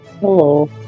Hello